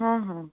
ହଁ ହଁ